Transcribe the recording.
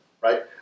Right